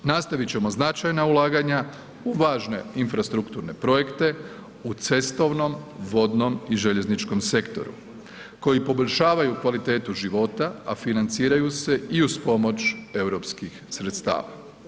Nastavit ćemo značajna ulaganja u važne infrastrukturne projekte u cestovnom, vodnom i željezničkom sektoru koji poboljšavaju kvalitetu života, a financiraju se i uz pomoć europskih sredstava.